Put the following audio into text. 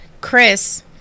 Chris